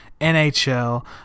nhl